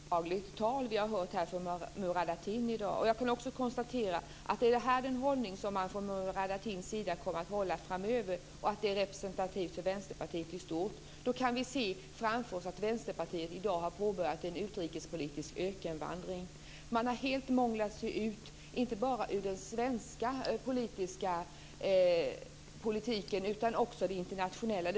Fru talman! Jag vill konstatera att det var ett djupt obehagligt tal vi har hört från Murad Artin i dag. Jag kan också konstatera att om detta är den hållning Murad Artin kommer att inta framöver, och om den är representativ för Vänsterpartiet i stort, kan vi se framför oss att Vänsterpartiet i dag har påbörjat en utrikespolitisk ökenvandring. Man har helt ställt sig utanför, inte bara när det gäller den svenska politiken utan också den internationella.